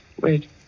Wait